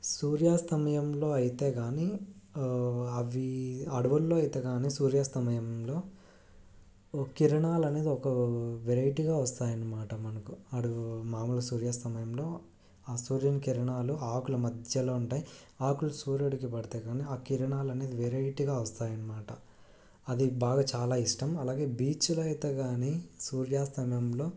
సూర్యాస్తమయంలో అయితే కానీ అవి అడవుల్లో అయితే కానీ సూర్యాస్తమయంలో ఓ కిరణాలు అనేది ఒక వెరైటీగా వస్తాయి అన్నమాట మనకు అడుగు మామూలు సూర్యాస్తమయంలో ఆ సూర్యుని కిరణాలు ఆకుల మధ్యలో ఉంటాయి ఆకులు సూర్యుడికి పడతాయి కానీ ఆ కిరణాలు అనేది వెరైటీగా వస్తాయి అన్నమాట అది బాగా చాలా ఇష్టం అలాగే బీచ్లో అయితే కానీ సూర్యాస్తమయంలో